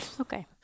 Okay